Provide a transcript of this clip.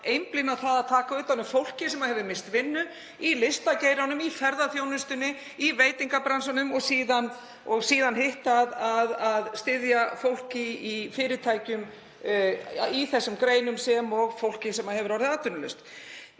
beinast að því að taka utan um fólkið sem misst hefur vinnu í listageiranum, í ferðaþjónustunni, í veitingabransanum og síðan hitt, að styðja fólk í fyrirtækjum í þessum greinum, sem og fólkið sem orðið hefur